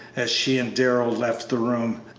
as she and darrell left the room,